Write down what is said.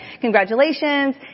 Congratulations